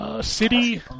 City